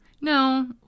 No